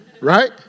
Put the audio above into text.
right